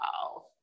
Wow